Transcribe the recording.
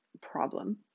problem